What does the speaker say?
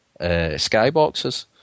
skyboxes